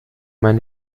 meine